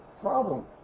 problem